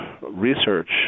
research